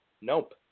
nope